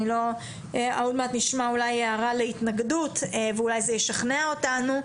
עוד מעט נשמע אולי הערה להתנגדות ואולי זה ישכנע אותנו.